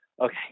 okay